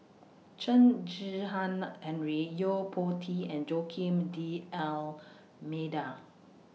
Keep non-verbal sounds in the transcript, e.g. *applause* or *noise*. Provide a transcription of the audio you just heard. Chen *unintelligible* Henri Yo Po Tee and Joaquim D'almeida